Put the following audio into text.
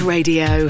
Radio